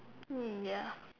mm ya